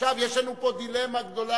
עכשיו יש לנו פה דילמה גדולה,